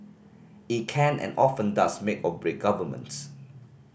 it can and often does make or break governments